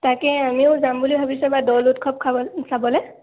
তাকে আমিও যাম বুলি ভাবিছোঁ এইবাৰ দৌল উৎসৱ চাবলৈ